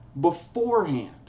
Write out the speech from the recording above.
beforehand